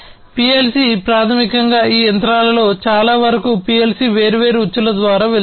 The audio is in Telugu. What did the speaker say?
PLC ప్రాథమికంగా ఈ యంత్రాలలో చాలావరకు PLC వేర్వేరు ఉచ్చుల ద్వారా వెళుతుంది